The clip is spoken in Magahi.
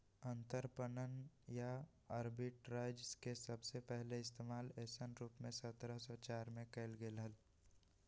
अंतरपणन या आर्बिट्राज के सबसे पहले इश्तेमाल ऐसन रूप में सत्रह सौ चार में कइल गैले हल